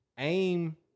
AIM